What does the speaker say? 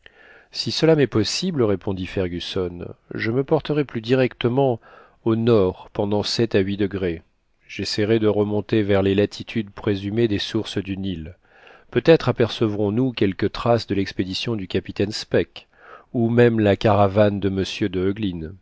si cela m'est possible répondit fergusson je me porterai plus directement au nord pendant sept à huit degrés j'essayerai de remonter vers des latitudes présumées des sources du nil peut-être apercevrons nous quelques traces de l'expédition du capitaine speke ou même la caravane de m de